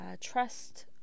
trust